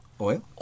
Oil